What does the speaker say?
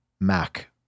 Mac